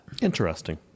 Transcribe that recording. Interesting